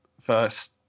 first